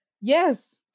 Yes